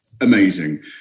amazing